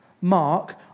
mark